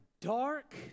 dark